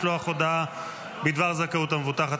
משלוח הודעה בדבר זכאות המבוטח),